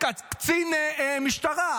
קצין משטרה,